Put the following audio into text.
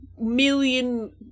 million